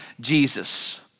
Jesus